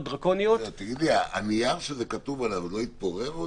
דרקוניות --- הנייר שזה כתוב עליו עוד לא התפורר?